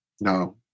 No